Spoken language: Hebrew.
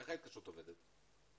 איך ההתקשרות עובדת?